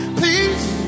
please